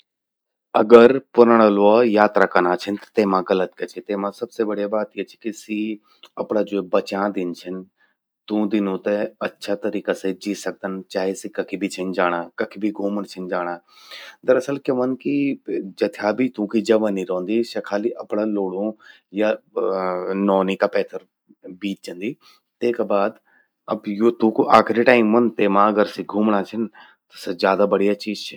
अगर पुराणा ल्वो यात्रा कना छिन त तेमा गलत क्या चि, तेमा सबसे बढिय बात या चि कि सि अपणा ज्वो बच्यां दिन छिन, तूं दिनूं ते अच्छा तरिका से जी सकदन। चाहे सि कखि भि छिन जाणा। कखि भी घूमण छिन जाणा। दरअसल क्या व्हंद कि जथ्या भि तूंकि जवनि रौंदि स्या खाली अपणा लौड़ूं या नौनि का पेथर बीत जंदि। तेका बाद अब यो तूंकू आखिरि टाइम व्हंद। तेमा अगर सि घूमणआ छिन त स्या ज्यादा बढ़िया चीज चि।